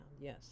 Yes